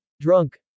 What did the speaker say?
drunk